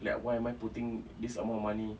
like why am I putting this amount of money